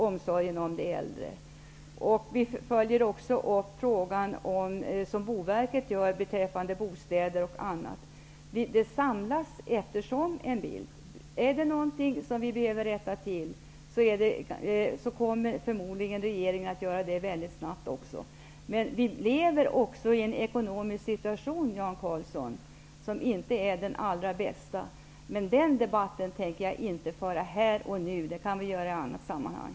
Också Boverket följer upp läget beträffande bostäder och annat. Allt eftersom skapas det en bild. Är det någonting som vi behöver rätta till kommer förmodligen regeringen att göra det mycket snabbt. Vi lever i en ekonomisk situation, Jan Karlsson, som inte är den allra bästa. Den debatten tänker jag inte föra här och nu. Det kan vi göra i ett annat sammanhang.